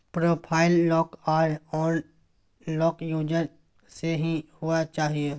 profile lock आर unlock user से ही हुआ चाहिए